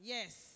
Yes